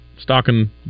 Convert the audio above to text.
stocking